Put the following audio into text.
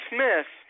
Smith